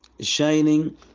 Shining